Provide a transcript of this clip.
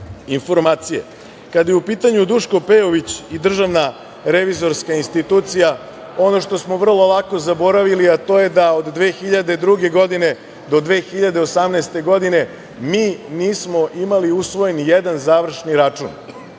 informacije. Kada je u pitanju Duško Pejović i Državna revizorska institucija, ono što smo vrlo lako zaboravili a to je da od 2002. godine do 2018. godine mi nismo imali usvojen ni jedan završni račun.